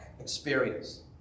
experience